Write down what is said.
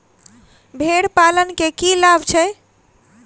भेड़ पालन केँ की लाभ छै?